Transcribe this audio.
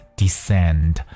descend